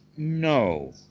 No